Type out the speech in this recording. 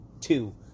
two